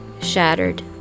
shattered